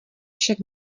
však